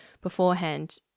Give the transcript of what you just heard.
beforehand